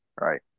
right